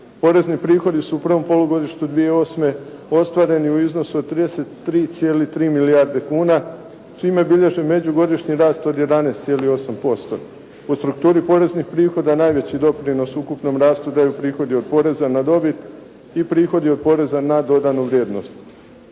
Porezni prihodi su u prvom polugodištu 2008. ostvareni u iznosu od 33,3 milijarde kuna čime bilježe međugodišnji rast od 11,8%. U strukturi poreznih prihoda najveći doprinos ukupnom rastu daju prihodi od poreza na dobit i prihodi od poreza na dodanu vrijednost.